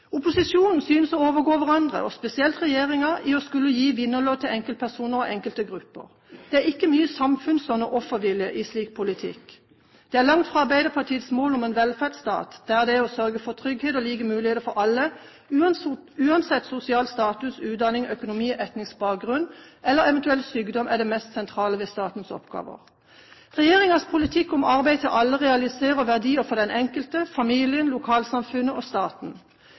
Opposisjonen synes å overgå hverandre, og spesielt regjeringen, i å skulle gi vinnerlodd til enkeltpersoner og enkelte grupper. Det er ikke mye samfunnsånd og offervilje i slik politikk. Det er langt fra Arbeiderpartiets mål om en velferdsstat, der det å sørge for trygghet og like muligheter for alle uansett sosial status, utdanning, økonomi, etnisk bakgrunn eller eventuell sykdom, er det mest sentrale ved statens oppgaver. Regjeringens politikk om arbeid til alle realiserer verdier for den enkelte, familien, lokalsamfunnet og staten.